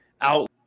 out